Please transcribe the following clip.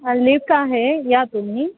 lift आहे या तुम्ही